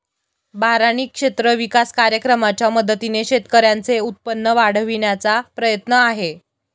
बारानी क्षेत्र विकास कार्यक्रमाच्या मदतीने शेतकऱ्यांचे उत्पन्न वाढविण्याचा प्रयत्न आहे